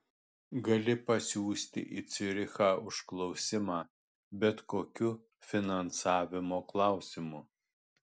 gali pasiųsti į ciurichą užklausimą bet kokiu finansavimo klausimu